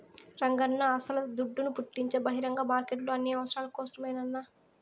రంగన్నా అస్సల దుడ్డును పుట్టించే బహిరంగ మార్కెట్లు అన్ని అవసరాల కోసరమేనన్నా